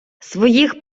своїх